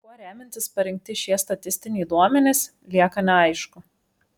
kuo remiantis parinkti šie statistiniai duomenys lieka neaišku